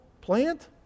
plant